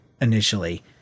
initially